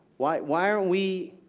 why why are we